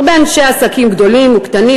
הרבה אנשי עסקים גדולים וקטנים,